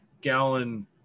gallon